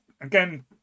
again